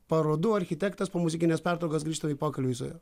parodų architektas po muzikinės pertraukos grįžtam į pokalbį su jo